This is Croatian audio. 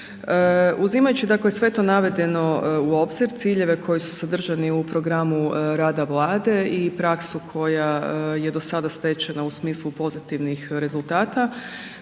Uzimajući dakle sve to navedeno u obzir, ciljeve koji su sadržani u programu rada Vlade i praksu koja je do sada stečena u smislu pozitivnih rezultata,